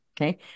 Okay